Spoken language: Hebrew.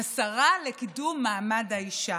השרה לקידום מעמד האישה.